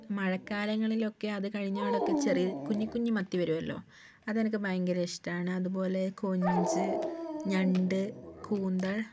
മഴക്കാലങ്ങളിലൊക്കെ അതു കഴിഞ്ഞപാടൊക്കെ ചെറിയ കുഞ്ഞി കുഞ്ഞി മത്തി വരുമല്ലോ അതെനിക്ക് ഭയങ്കര ഇഷ്ടമാണ് അതുപോലെ കൊഞ്ച് ഞണ്ട് കൂന്തൽ